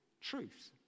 truths